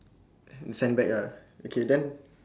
and sandbag ah okay then